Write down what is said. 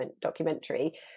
documentary